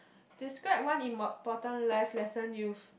describe one important life lesson you've